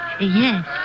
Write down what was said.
Yes